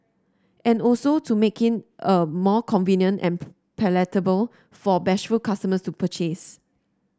and also to making a more convenient and palatable for bashful customers to purchase